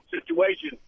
situation